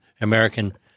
American